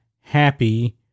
happy